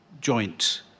joint